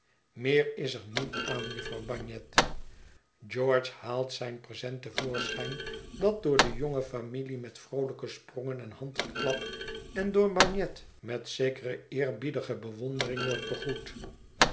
meer is er niet aan jufvrouw bagnet george haalt zijn present te voorschijn dat door de jonge familie met vroolijke sprongen en handgeklap en door bagnet met zekere eerbiedige bewondering wordt